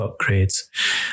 upgrades